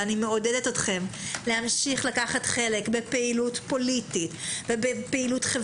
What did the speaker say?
אני מעודדת אתכם להמשיך לקחת חלק בפעילות פוליטית וחברתית.